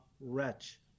wretch